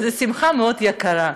זאת שמחה מאוד יקרה.